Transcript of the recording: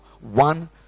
one